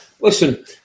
Listen